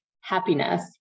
happiness